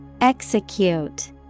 Execute